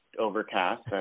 overcast